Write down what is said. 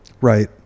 right